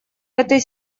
этой